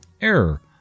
Error